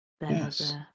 Yes